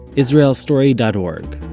israelstory dot org,